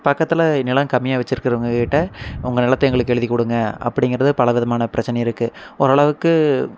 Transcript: பக்கத்தில் நிலம் கம்மியாக வச்சுருக்குறவங்க கிட்ட உங்கள் நிலத்தை எங்களுக்கு எழுதிக் குடுங்க அப்படிங்கிறது பலவிதமான பிரச்சனை இருக்கு ஓரளவுக்கு